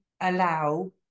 allow